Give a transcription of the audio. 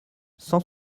cent